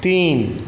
तीन